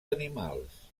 animals